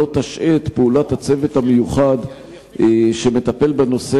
לא תשעה את פעולת הצוות המיוחד שמטפל בנושא